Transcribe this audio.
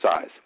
size